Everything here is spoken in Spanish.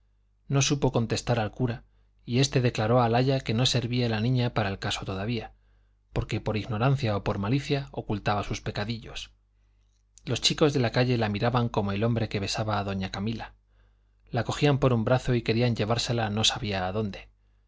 no supo contestar al cura y este declaró al aya que no servía la niña para el caso todavía porque por ignorancia o por malicia ocultaba sus pecadillos los chicos de la calle la miraban como el hombre que besaba a doña camila la cogían por un brazo y querían llevársela no sabía a dónde